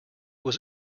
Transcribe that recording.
was